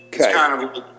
Okay